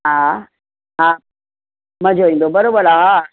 हा हा मज़ो ईंदो बराबरि आहे हा